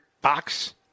box